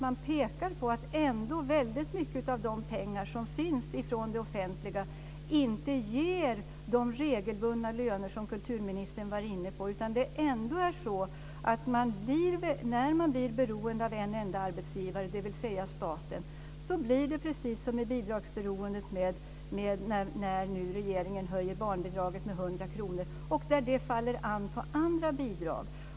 Man pekar på att mycket av de pengar som finns från det offentliga inte ger de regelbundna löner som kulturministern var inne på. När man blir beroende av en enda arbetsgivare, dvs. staten, blir det precis som med bidragsberoendet när regeringen nu höjer barnbidraget med 100 kr och det faller an på andra bidrag.